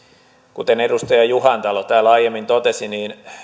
kuten edustaja juhantalo täällä aiemmin totesi niin